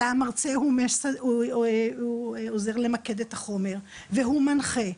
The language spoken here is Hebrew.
אלא המרצה עוזר למקד את החומר והוא מנחה.